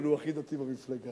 אבל הוא הכי דתי במפלגה.